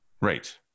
Right